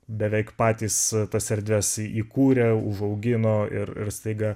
beveik patys tas erdves įkūrė užaugino ir ir staiga